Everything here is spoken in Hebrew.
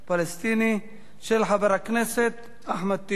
של חבר הכנסת אחמד טיבי,